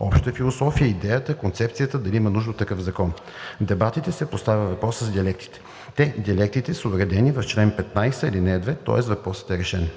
общата философия, идеята, концепцията, дали има нужда от такъв закон. В дебатите се поставя въпросът за диалектите. Те, диалектите, са уредени в чл. 15, ал. 2, тоест въпросът е решен.